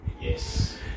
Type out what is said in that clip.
Yes